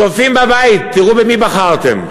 צופים בבית, תראו במי בחרתם.